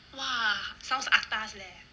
!wah! sounds atas leh